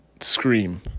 scream